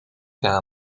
kamer